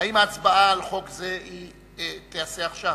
האם ההצבעה על חוק זה תיעשה עכשיו?